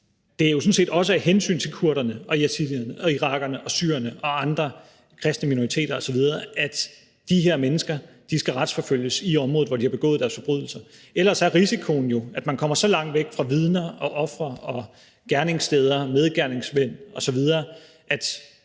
Det er sådan set også af hensyn til kurderne, yazidierne, irakerne og syrerne og andre kristne minoriteter, at de her mennesker skal retsforfølges i det område, hvor de har begået deres forbrydelser. For ellers er risikoen jo, at man kommer så langt væk fra vidner, ofre, medgerningsmænd, gerningssteder osv., at